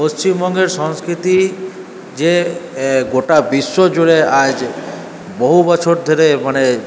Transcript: পশ্চিমবঙ্গের সংস্কৃতি যে গোটা বিশ্ব জুড়ে আজ বহু বছর ধরে মানে